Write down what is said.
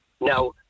Now